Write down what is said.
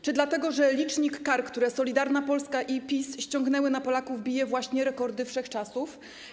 Czy dlatego że licznik kar, które Solidarna Polska i PiS ściągnęły na Polaków, bije właśnie rekordy wszechczasów?